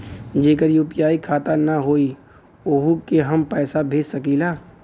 जेकर यू.पी.आई खाता ना होई वोहू के हम पैसा भेज सकीला?